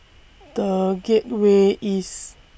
The Gateway East